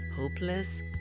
hopeless